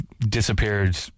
disappeared